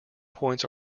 points